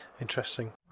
Interesting